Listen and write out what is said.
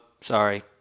Sorry